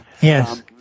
Yes